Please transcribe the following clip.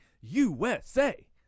USA